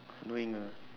annoying ah